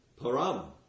Param